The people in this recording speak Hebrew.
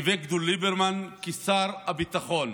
אביגדור ליברמן כשר הביטחון,